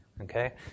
Okay